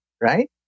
right